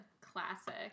classic